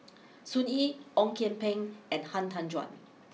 Sun Yee Ong Kian Peng and Han Tan Juan